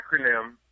acronym